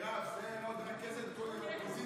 מירב, זה עוד רכזת כולל האופוזיציה.